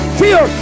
fear